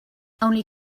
only